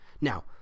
now